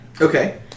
Okay